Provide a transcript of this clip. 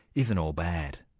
isn't all bad.